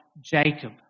Jacob